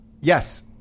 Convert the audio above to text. Yes